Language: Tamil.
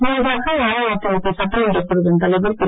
முன்னதாக அஇஅதிமுக சட்டமன்றக் குழுவின் தலைவர் திரு